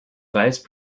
vice